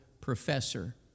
professor